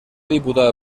diputado